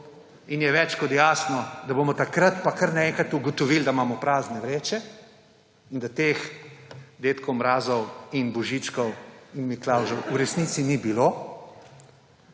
in je več kot jasno, da bomo takrat pa kar naenkrat ugotovili, da imamo prazne vreče in da teh dedkov mrazov in božičkov in miklavžev v resnici ni bilo,